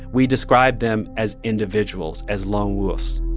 we describe them as individuals, as lone wolfs.